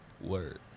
Word